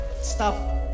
Stop